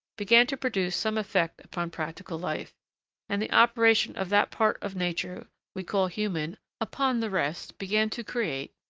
began to produce some effect upon practical life and the operation of that part of nature we call human upon the rest began to create,